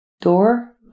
Door